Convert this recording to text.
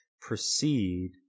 proceed